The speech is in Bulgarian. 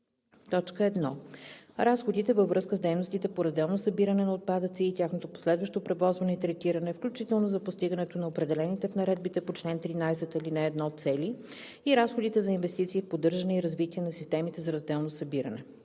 1. разходите във връзка с дейностите по разделно събиране на отпадъци и тяхното последващо превозване и третиране, включително за постигането на определените в наредбите по чл. 13, ал. 1 цели, и разходите за инвестиции в поддържане и развитие на системите за разделно събиране;